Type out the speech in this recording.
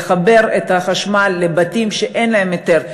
לחבר את החשמל לבתים שאין להם היתר,